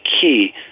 key